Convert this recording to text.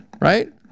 right